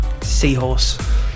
Seahorse